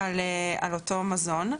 על אותו מזון.